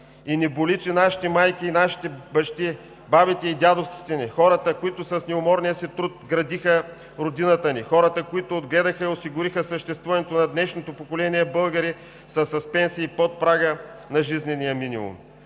и ни боли, че нашите майки и нашите бащи, бабите и дядовците ни – хората, които с неуморния си труд градиха родината ни, хората, които отгледаха и осигуриха съществуването на днешното поколение българи, са с пенсии под прага на жизнения минимум.